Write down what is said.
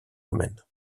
romaine